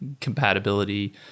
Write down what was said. compatibility